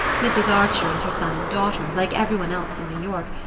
mrs. archer and her son and daughter, like every one else in new york,